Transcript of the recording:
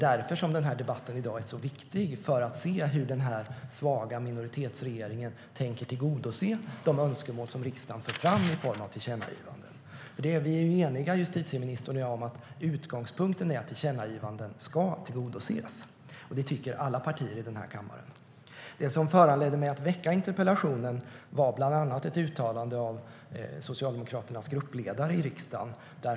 Dagens debatt är viktig, för det handlar om att se hur den svaga minoritetsregeringen tänker tillgodose de önskemål som riksdagen för fram i form av tillkännagivanden. Justitieministern och jag är eniga om att utgångspunkten är att tillkännagivanden ska tillgodoses. Det tycker alla partier i kammaren. Det som föranledde mig att ställa interpellationen var bland annat ett uttalande av Socialdemokraternas gruppledare i riksdagen.